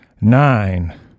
Nine